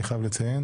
אני חייב לציין,